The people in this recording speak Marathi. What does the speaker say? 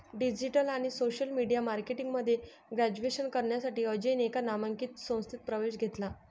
डिजिटल आणि सोशल मीडिया मार्केटिंग मध्ये ग्रॅज्युएशन करण्यासाठी अजयने एका नामांकित संस्थेत प्रवेश घेतला